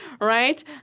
right